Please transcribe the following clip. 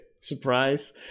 Surprise